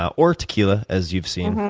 ah or tequila, as you've seen.